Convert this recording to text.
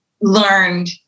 learned